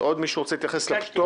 האם עוד מישהו רוצה להתייחס לפטור?